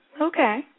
okay